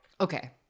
Okay